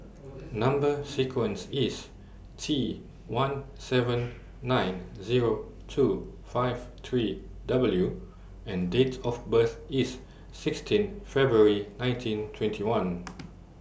Number sequence IS T one seven nine Zero two five three W and Date of birth IS sixteen February nineteen twenty one